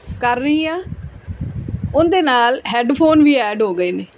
ਕਰ ਰਹੀ ਹਾਂ ਉਹਦੇ ਨਾਲ ਹੈਡਫੋਨ ਵੀ ਐਡ ਹੋ ਗਏ ਨੇ